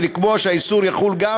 ולקבוע שהאיסור יחול גם